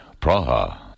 Praha